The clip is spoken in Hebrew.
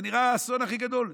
זה נראה האסון הכי גדול.